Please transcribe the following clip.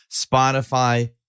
Spotify